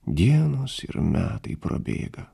dienos ir metai prabėga